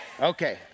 Okay